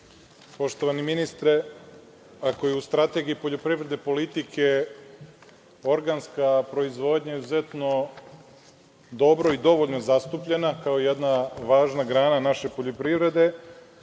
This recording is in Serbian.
Poštovani ministre, ako je u strategiji poljoprivredne politike organska proizvodnja izuzetno dobro i dovoljno zastupljena, kao jedna važna grana naše poljoprivrede,